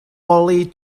only